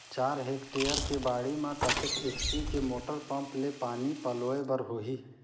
चार हेक्टेयर के बाड़ी म कतेक एच.पी के मोटर पम्म ले पानी पलोय बर होही?